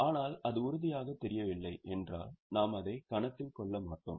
ஆனால் அது உறுதியாக தெரியவில்லை என்றால் நாம் அதை கணக்கில் கொள்ள மாட்டோம்